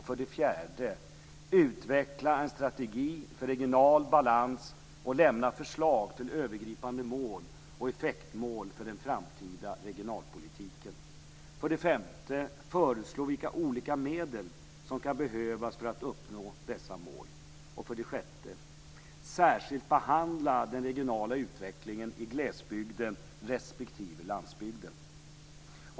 För det fjärde: Utveckla en strategi för regional balans och lämna förslag till övergripande mål och effektmål för den framtida regionalpolitiken. För det femte: Föreslå vilka olika medel som kan behövas för att uppnå dessa mål. För det sjätte: Särskilt behandla den regionala utvecklingen i glesbygden respektive landsbygden.